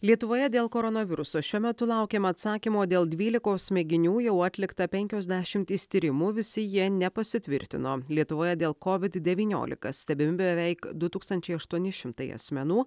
lietuvoje dėl koronaviruso šiuo metu laukiama atsakymo dėl dvylikos mėginių jau atlikta penkios dešimtys tyrimų visi jie nepasitvirtino lietuvoje dėl covid devyniolika stebimi beveik du tūkstančiai aštuoni šimtai asmenų